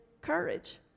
courage